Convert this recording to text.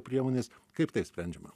priemonės kaip tai sprendžiama